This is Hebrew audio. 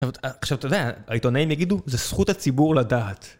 עכשיו אתה יודע, העיתונאים יגידו, זה זכות הציבור לדעת.